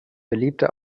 beliebte